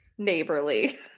neighborly